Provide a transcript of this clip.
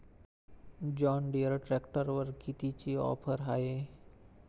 John Deere ट्रॅक्टरवर कितीची offer हाये?